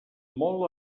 molt